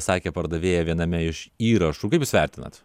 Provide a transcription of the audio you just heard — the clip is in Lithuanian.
sakė pardavėja viename iš įrašų kaip jūs vertinat